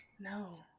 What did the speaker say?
no